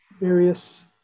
various